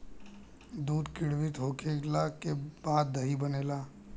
दूध किण्वित होखला के बाद दही बनेला